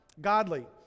godly